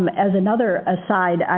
um as another aside,